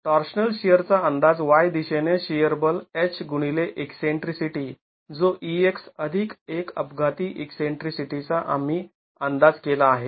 तर टॉर्शनल शिअरचा अंदाज y दिशेने शिअर बल H गुणिले ईकसेंट्रीसिटी जो e x अधिक एक अपघाती ईकसेंट्रीसिटीचा आम्ही अंदाज केला आहे